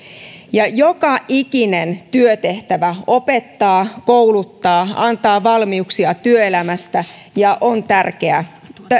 joka ikinen työtehtävä opettaa kouluttaa antaa valmiuksia työelämään ja on tärkeä